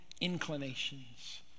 inclinations